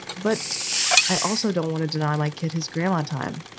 but i also don't want to deny my kid his greenlawn time.